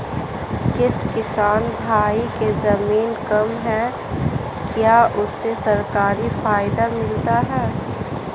जिस किसान भाई के ज़मीन कम है क्या उसे सरकारी फायदा मिलता है?